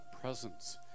presence